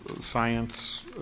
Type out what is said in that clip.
science